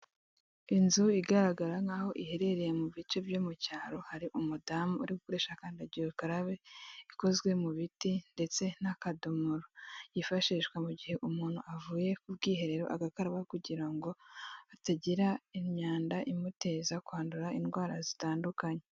Inzu igaragara nk'aho iherereye mu bice byo mu cyaro, hari umudamu uri gukoresha kandagira ukararabe ikozwe mu biti ndetse n'akadomoro yifashishwa mu gihe umuntu avuye ku bwiherero agakaraba kugira ngo atagira imyanda imuteza kwandura indwara zitandukanye.